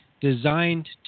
designed